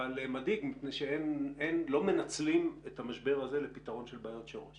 אבל מדאיג מפני שלא מנצלים את המשבר הזה לפתרון של בעיות שורש